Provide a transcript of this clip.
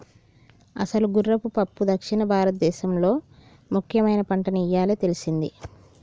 అసలు గుర్రపు పప్పు దక్షిణ భారతదేసంలో ముఖ్యమైన పంటని ఇయ్యాలే తెల్సింది